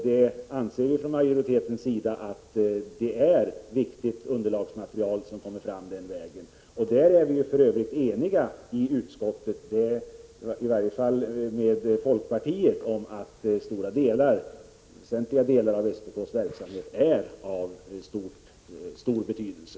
Utskottsmajoriteten anser att det är ett viktigt underlagsmaterial som kommer fram den vägen. Vi är för övrigt eniga med åtminstone folkpartiet om att väsentliga delar av SPK:s verksamhet har stor betydelse.